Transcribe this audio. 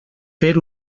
fer